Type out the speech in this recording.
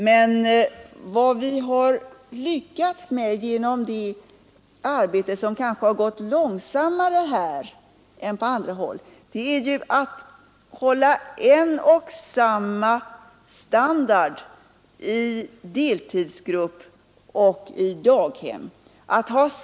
Men vad vi har lyckats med i det arbetet, som kanske har gått långsammare här än på andra håll, det är att hålla en och samma standard i deltidsgrupp och i daghem.